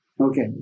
okay